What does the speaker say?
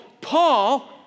Paul